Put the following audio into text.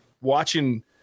watching